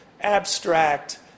abstract